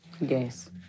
Yes